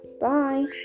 bye